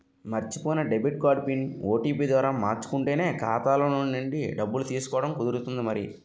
మర్చిపోయిన debit card PIN, OTP ద్వారా మార్చుకుంటేనే ఖాతాలో నుండి డబ్బులు తీసుకోవడం కుదురుతుంది మరి